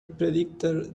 predicted